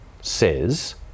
says